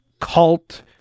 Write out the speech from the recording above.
cult